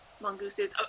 mongooses